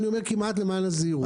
אבל אני אומר כמעט למען הזהירות.